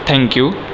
thank you